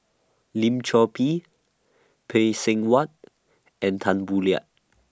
Lim Chor Pee Phay Seng Whatt and Tan Boo Liat